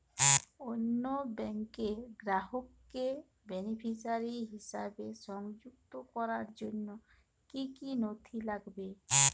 অন্য ব্যাংকের গ্রাহককে বেনিফিসিয়ারি হিসেবে সংযুক্ত করার জন্য কী কী নথি লাগবে?